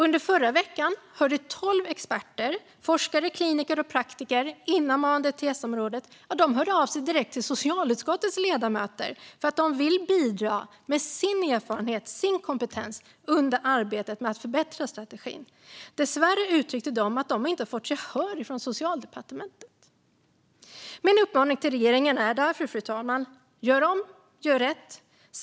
Under förra vecka hörde tolv experter - forskare, kliniker och praktiker inom ANDTS-området - av sig direkt till socialutskottets ledamöter för att de ville bidra med sin erfarenhet och kompetens under arbetet med att förbättra strategin. Dessvärre uttryckte de att de inte hade fått gehör från Socialdepartementet. Min uppmaning till regeringen är därför, fru talman: Gör om, gör rätt!